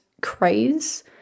craze